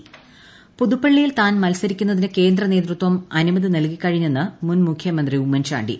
ഉമ്മൻ ചാണ്ടി പുതുപ്പള്ളിയിൽ താൻ മത്സരിക്കുന്നതിന് കേന്ദ്ര നേതൃത്വം അനുമതി നൽകിക്കഴിഞ്ഞെന്ന് മുൻ മുഖ്യമന്ത്രി ഉമ്മൻചാണ്ടി